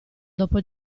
dopo